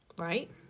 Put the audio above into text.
right